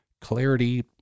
clarity